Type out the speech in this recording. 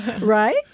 right